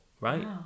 right